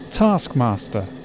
Taskmaster